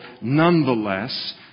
nonetheless